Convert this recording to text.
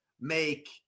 make